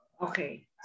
okay